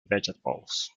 vegetables